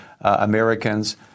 Americans